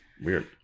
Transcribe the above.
weird